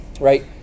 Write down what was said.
right